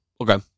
Okay